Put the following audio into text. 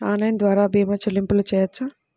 Online ద్వార భీమా చెల్లింపులు చేయవచ్చా?